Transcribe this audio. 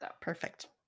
Perfect